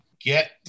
get